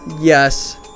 Yes